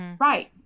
Right